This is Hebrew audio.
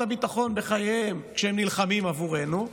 הביטחון בחייהם כשהם נלחמים עבורנו,